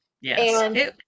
Yes